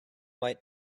white